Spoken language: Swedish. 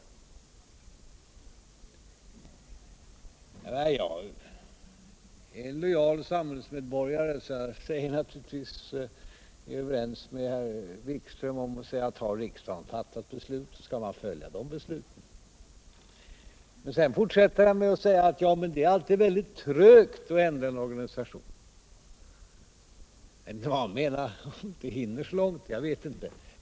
Jag är lojal samhällsmedborgare, så jag är naturligtvis överens med herr Wikström om att har riksdagen fattat beslut, skall man följa de besluten. Men sedan fortsätter herr Wikström med att säga att det alltid är väldigt trögt att ändra en organisation. Jag vet inte om han menar att det inte hinner bli en omorganisation.